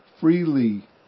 freely